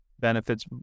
benefits